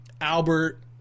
Albert